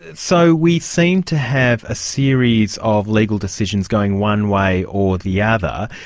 so we seem to have a series of legal decisions going one way or the other.